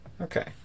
Okay